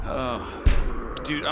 Dude